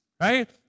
right